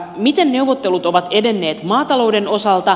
miten neuvottelut ovat edenneet maatalouden osalta